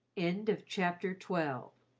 end of chapter twelve